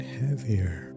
heavier